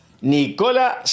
Nicola